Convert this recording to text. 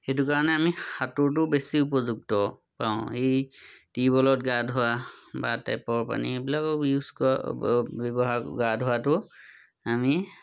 সেইটো কাৰণে আমি সাঁতোৰতো বেছি উপযুক্ত পাওঁ এই টিউবৱেলত গা ধোৱা বা টেপৰ পানী এইবিলাকত ইউজ কৰা ব্যৱহাৰ গা ধোৱাটো আমি